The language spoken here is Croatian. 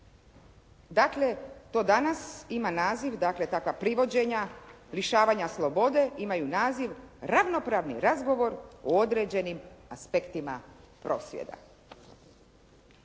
Dakle, to danas ima naziv takva privođenja lišavanja slobode, imaju naziv ravnopravni razgovor o određenim aspektima prosvjeda.